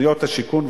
בתוכניות השיכון,